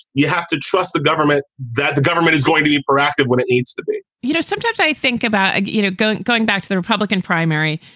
you have to trust the government that the government is going to be proactive when it needs to be you know, sometimes i think about like you know going going back to the republican primary.